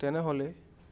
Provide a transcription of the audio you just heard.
তেনেহ'লে